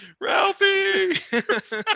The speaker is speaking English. Ralphie